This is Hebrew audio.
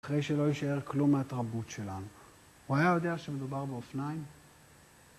אחרי שלא יישאר כלום מהתרבות שלנו. הוא היה יודע שמדובר באופניים?